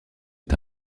est